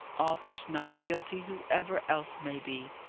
arthur's not guilty, whoever else may be.